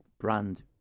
brand